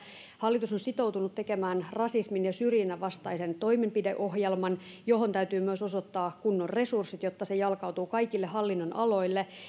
hallitus on sitoutunut tekemään rasismin ja syrjinnän vastaisen toimenpideohjelman johon täytyy myös osoittaa kunnon resurssit jotta se jalkautuu kaikille hallinnonaloille